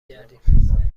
کردیم